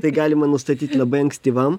tai galima nustatyti labai ankstyvam